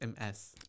MS